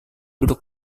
duduk